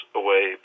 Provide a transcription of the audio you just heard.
away